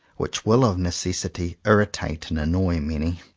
which will of necessity irritate and annoy many.